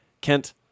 Kent